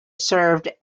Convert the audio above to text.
served